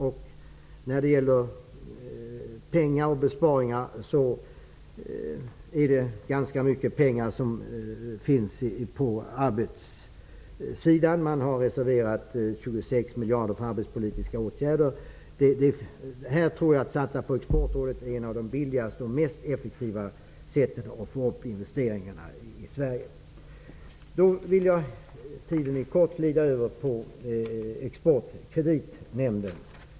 När det så gäller frågan om pengar och besparingar går det ganska mycket pengar till att skapa arbete. Det har reserverats 26 miljarder för arbetsmarknadspolitiska åtgärder. Jag tror att en satsning på Exportrådet är ett av de billigaste och mest effektiva sätten att öka investeringarna i Taletiden är kort. Jag skall övergå till att tala om Exportkreditnämnden.